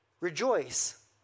Rejoice